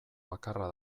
bakarra